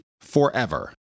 forever